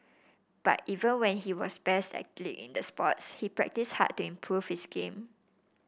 but even when he was best athlete in the sport he practised hard to improve his game